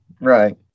Right